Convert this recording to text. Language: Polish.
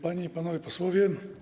Panie i Panowie Posłowie!